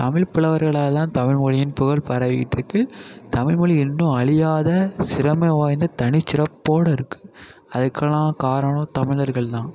தமிழ் புலவர்களால் தான் தமிழ் மொழியின் புகழ் பரவிக்கிட்ருக்கு தமிழ் மொழி இன்னும் அழியாத சிரமை வாய்ந்த தனிச்சிறப்போடு இருக்குது அதுக்கெல்லாம் காரணம் தமிழர்கள் தான்